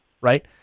right